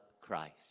Christ